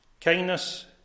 kindness